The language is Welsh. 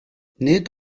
nid